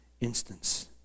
instance